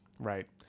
Right